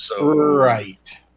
Right